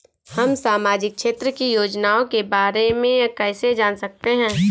हम सामाजिक क्षेत्र की योजनाओं के बारे में कैसे जान सकते हैं?